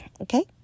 okay